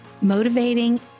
motivating